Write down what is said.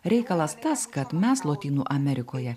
reikalas tas kad mes lotynų amerikoje